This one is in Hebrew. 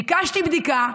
ביקשתי בדיקה.